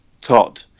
Todd